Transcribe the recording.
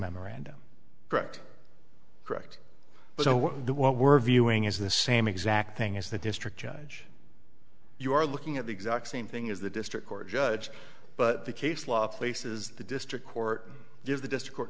memorandum correct correct but what we're viewing is the same exact thing as the district judge you are looking at the exact same thing as the district court judge but the case law places the district court gives the dischord